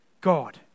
God